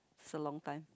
so long time